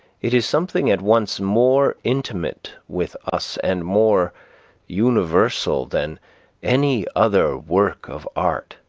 it is something at once more intimate with us and more universal than any other work of art.